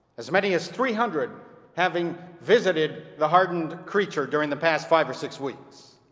as many as three hundred having visited the hardened creature during the past five or six weeks.